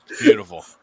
beautiful